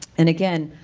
and again,